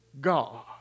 God